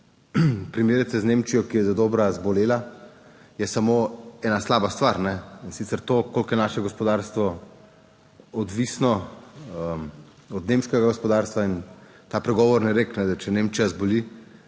Primerjate z Nemčijo, ki je dodobra zbolela je samo ena slaba stvar, in sicer to, koliko je naše gospodarstvo odvisno od nemškega gospodarstva. In ta pregovorni rek, da če Nemčija zboli